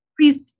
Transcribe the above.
please